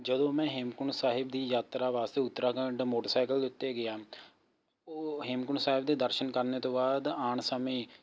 ਜਦੋਂ ਮੈਂ ਹੇਮਕੁੰਟ ਸਾਹਿਬ ਦੀ ਯਾਤਰਾ ਵਾਸਤੇ ਉਤਰਾਖੰਡ ਮੋਟਰਸਾਇਕਲ ਦੇ ਉੱਤੇ ਗਿਆ ਉਹ ਹੇਮਕੁੰਟ ਸਾਹਿਬ ਦੇ ਦਰਸ਼ਨ ਕਰਨ ਤੋਂ ਬਾਅਦ ਆਉਣ ਸਮੇਂ